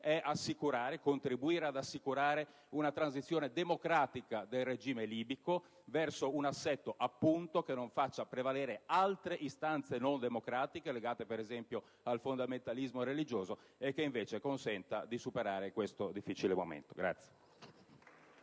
noi oggi è contribuire ad assicurare una transizione democratica del regime libico verso un assetto che non faccia prevalere altre istanze non democratiche, legate, per esempio, al fondamentalismo religioso, e che, invece, consenta di superare questo difficile momento.